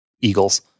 Eagles